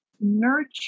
Nurture